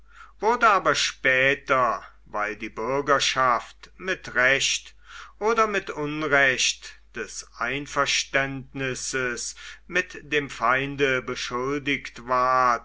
wurde aber später weil die bürgerschaft mit recht oder mit unrecht des einverständnisses mit dem feinde beschuldigt ward